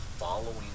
following